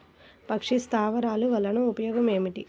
పక్షి స్థావరాలు వలన ఉపయోగం ఏమిటి?